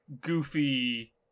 goofy